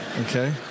okay